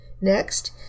Next